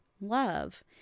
love